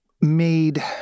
made